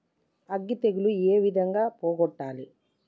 అగ్గి తెగులు ఏ విధంగా పోగొట్టాలి?